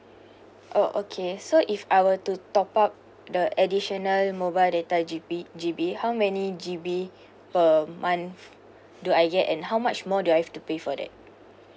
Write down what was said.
orh okay so if I were to top up the additional mobile data G_B G_B how many G_B per month do I get and how much more do I have to pay for that